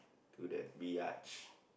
to that biatch